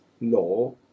law